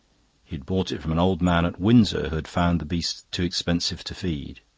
he had bought it from an old man at windsor who had found the beast too expensive to feed.